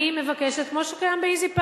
אני מבקשת, כמו שקיים ב"איזי פארק".